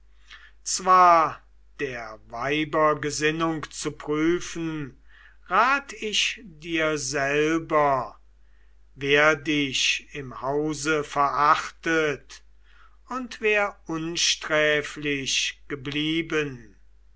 zwar der weiber gesinnung zu prüfen rat ich dir selber wer dich im hause verachtet und wer unsträflich geblieben